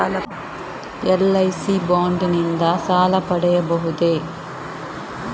LIC bond ನಿಂದ ಸಾಲ ಪಡೆಯಬಹುದೇ?